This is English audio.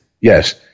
Yes